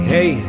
Hey